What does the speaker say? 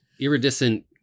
iridescent